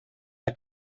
der